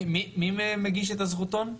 מי מגיש את הזכותון?